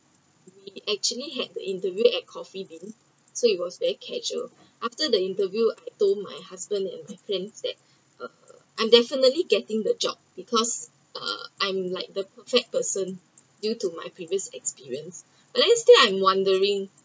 we actually had the interview at coffee bean so it was very casual after the interview I told my husband and my friends that uh I definitely getting the job because uh I’m like the perfect person due to my previous experience but then still I’m wondering